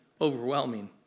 overwhelming